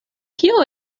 kio